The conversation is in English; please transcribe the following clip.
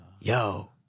yo